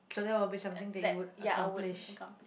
so that will be something that you would accomplish